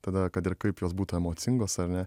tada kad ir kaip jos būtų emocingos ar ne